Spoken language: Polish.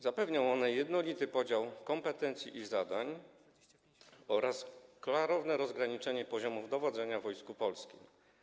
Zapewnią one jednolity podział kompetencji i zadań oraz klarowne rozgraniczenie poziomów dowodzenia w Wojsku Polskim.